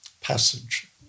passage